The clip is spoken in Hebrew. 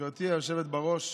גברתי היושבת-ראש,